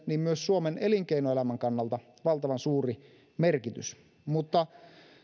myös suomen elinkeinoelämän kannalta valtavan suuri merkitys